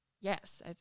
Yes